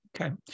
Okay